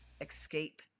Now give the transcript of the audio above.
escape